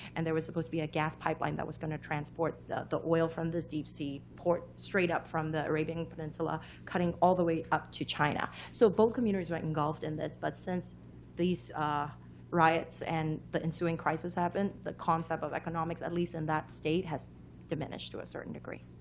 and there was supposed to be a gas pipeline that was going to transport the the oil from this deep sea port straight up from that arabian peninsula, cutting all the way up to china. so both communities were engulfed in this. but since these riots and the ensuing crisis happened, the concept of economics, at least in that state, has diminished to a certain degree.